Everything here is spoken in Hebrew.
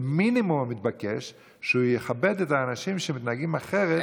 מינימום מתבקש שהוא יכבד את האנשים שמתנהגים אחרת,